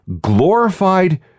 glorified